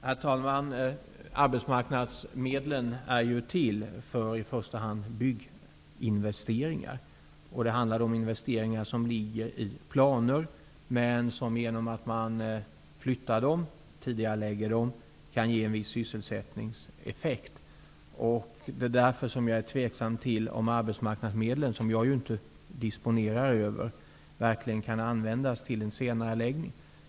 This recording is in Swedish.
Herr talman! Arbetsmarknadsmedlen är till för bygginvesteringar i första hand. Det handlar om planerade investeringar som, genom att man tidigarelägger dem, kan ge en viss sysselsättningseffekt. Det är därför som jag är tveksam till om arbetsmarknadsmedel -- som inte jag disponerar över -- verkligen kan användas till en senareläggning.